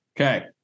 Okay